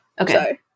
Okay